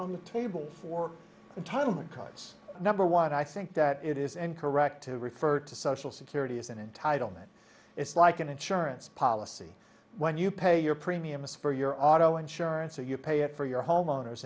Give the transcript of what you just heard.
on the table for entitlement cards number one i think that it is incorrect to refer to social security as an entitlement it's like an insurance policy when you pay your premiums for your auto insurance or you pay it for your homeowner's